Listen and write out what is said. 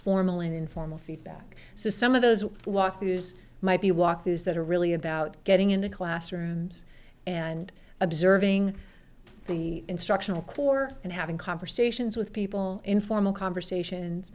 formal and informal feedback so some of those who walked through might be walked those that are really about getting into classrooms and observing the instructional corps and having conversations with people informal conversations